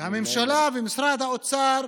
והממשלה ומשרד האוצר,